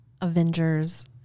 Avengers